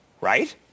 right